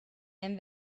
and